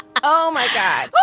oh, my god.